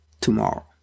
tomorrow